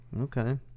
okay